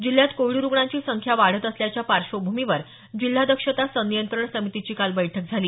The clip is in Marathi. जिल्ह्यात कोविड रुग्णांची संख्या वाढत असल्याच्या पार्श्वभूमीवर जिल्हा दक्षता संनियंत्रण समितीची काल बैठक झाली